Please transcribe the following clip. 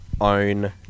own